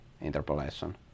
interpolation